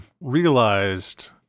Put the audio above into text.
realized